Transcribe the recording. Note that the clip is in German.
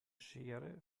schere